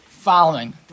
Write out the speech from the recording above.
Following